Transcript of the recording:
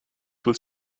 was